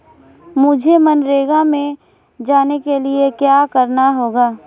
मुझे मनरेगा में जाने के लिए क्या करना होगा?